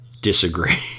disagree